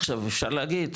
עכשיו אפשר להגיד,